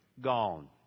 gone